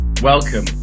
Welcome